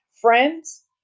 friends